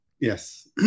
Yes